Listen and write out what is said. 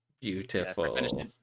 beautiful